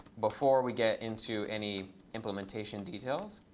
before we get into any implementation details.